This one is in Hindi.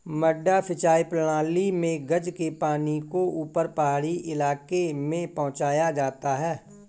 मडडा सिंचाई प्रणाली मे गज के पानी को ऊपर पहाड़ी इलाके में पहुंचाया जाता है